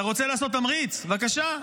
אתה רוצה לעשות תמריץ, בבקשה.